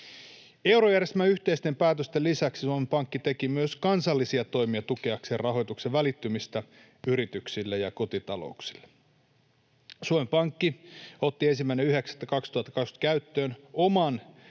Eurojärjestelmän yhteisten päätösten lisäksi Suomen Pankki teki kansallisia toimia tukeakseen rahoituksen välittymistä yrityksille ja kotitalouksille. Suomen Pankki otti 1.9.2020 käyttöön oman